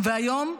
והיום?